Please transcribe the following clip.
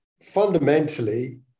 fundamentally